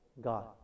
God